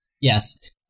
Yes